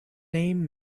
name